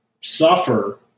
suffer